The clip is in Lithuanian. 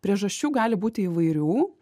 priežasčių gali būti įvairių